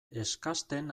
eskasten